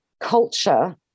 culture